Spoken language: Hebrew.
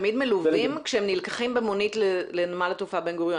כשהם נלקחים במונית לנמל התעופה בן גוריון,